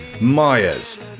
Myers